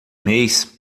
mês